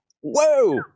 Whoa